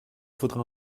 faudra